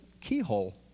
keyhole